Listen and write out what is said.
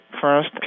first